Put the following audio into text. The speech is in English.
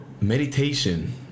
meditation